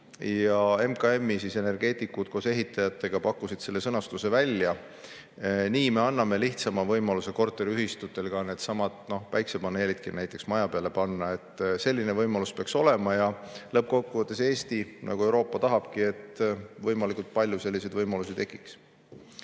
MKM-i energeetikud koos ehitajatega pakkusid selle sõnastuse välja. Nii me anname lihtsama võimaluse korteriühistutel ka näiteks needsamad päikesepaneelid maja peale panna. Selline võimalus peaks olema. Lõppkokkuvõttes Eesti, nagu Euroopa, tahabki, et võimalikult palju selliseid võimalusi tekiks.